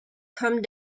come